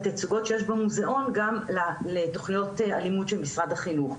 התצוגות שיש במוזיאון גם לתוכניות הלימוד של משרד החינוך,